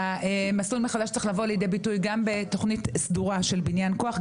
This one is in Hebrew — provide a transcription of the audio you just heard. המסלול מחדש צריך לבוא לידי ביטוי גם בתוכנית סדורה של בניין כוח,